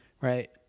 right